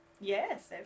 Yes